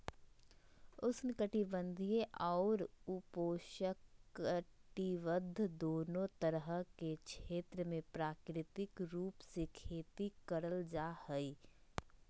उष्ण कटिबंधीय अउर उपोष्णकटिबंध दोनो तरह के क्षेत्र मे प्राकृतिक रूप से खेती करल जा हई